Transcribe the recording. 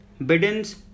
Biden's